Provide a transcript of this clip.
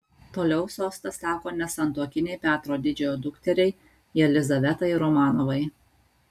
toliau sostas teko nesantuokinei petro didžiojo dukteriai jelizavetai romanovai